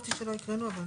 חשבתי שלא הקראנו.